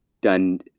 done